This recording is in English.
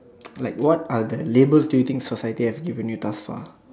like what are the labels do you think society have given you thus far